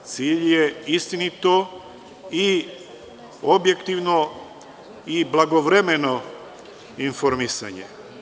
Cilj je istinito i objektivno i blagovremeno informisanje.